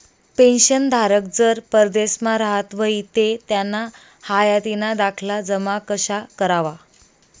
पेंशनधारक जर परदेसमा राहत व्हयी ते त्याना हायातीना दाखला जमा कशा करवा?